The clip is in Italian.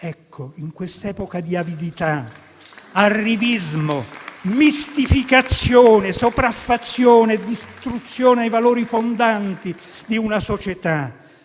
Ecco, in quest'epoca di avidità... *arrivismo, mistificazione, sopraffazione, distruzione dei valori fondanti di una società,